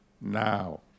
now